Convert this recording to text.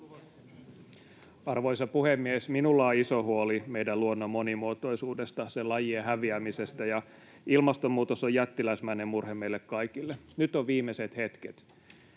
Arvoisa puhemies! ”Minulla on iso huoli meidän luonnon monimuotoisuudesta ja sen lajien häviämisestä, ja ilmastonmuutos on jättiläismäinen murhe meille kaikille. Nyt on viimeiset hetket,